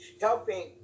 helping